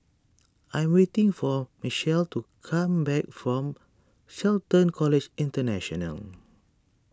I am waiting for Mychal to come back from Shelton College International